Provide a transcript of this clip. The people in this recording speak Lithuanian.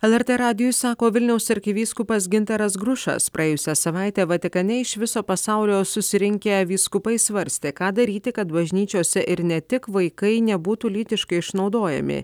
lrt radijui sako vilniaus arkivyskupas gintaras grušas praėjusią savaitę vatikane iš viso pasaulio susirinkę vyskupai svarstė ką daryti kad bažnyčiose ir ne tik vaikai nebūtų lytiškai išnaudojami